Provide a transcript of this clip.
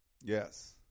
Yes